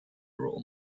role